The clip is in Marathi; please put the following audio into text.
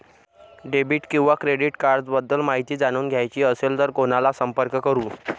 डेबिट किंवा क्रेडिट कार्ड्स बद्दल माहिती जाणून घ्यायची असेल तर कोणाला संपर्क करु?